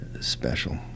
special